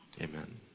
Amen